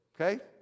okay